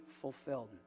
fulfilled